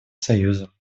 союзом